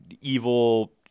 evil